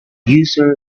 user